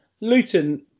Luton